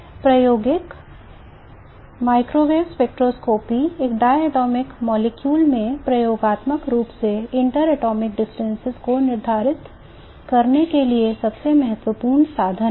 इसलिए प्रायोगिक microwave spectroscopy एक diatomic molecule में प्रयोगात्मक रूप से interatomic distances को निर्धारित करने के लिए सबसे महत्वपूर्ण साधन है